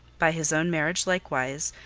by his own marriage, likewise,